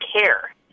care